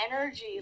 energy